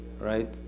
right